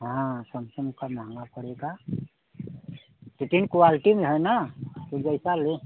हाँ समसंग का महँगा पड़ेगा लेकिन क्वालटी में है तो जैसा लें